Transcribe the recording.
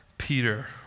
Peter